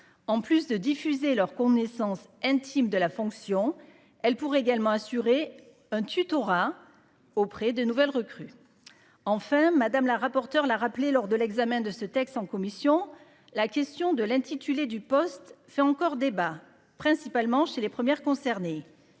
En plus de diffuser leur connaissance intime de la fonction. Elle pourrait également assurer un tutorat. Auprès de nouvelles recrues. Enfin, madame la rapporteure l'a rappelé lors de l'examen de ce texte en commission, la question de l'intitulé du poste fait encore débat principalement chez les premières concernées.